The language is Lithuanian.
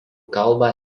kalbą